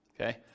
okay